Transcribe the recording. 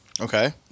Okay